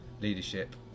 leadership